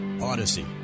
Odyssey